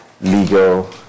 legal